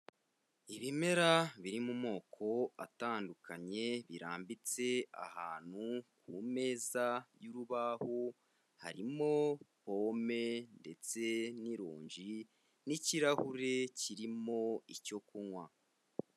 Ibimera biri mu moko atandukanye birambitse ahantu ku meza y'urubaho harimo pome ndetse n'ironji n'ikirahure kirimo icyo kunywa.